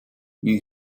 new